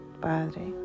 Padre